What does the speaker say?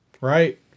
right